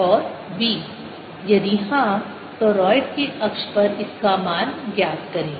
और b यदि हाँ टोरॉइड के अक्ष पर इसका मान ज्ञात करें